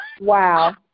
Wow